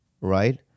right